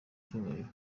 cyubahiro